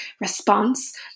response